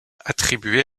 attribué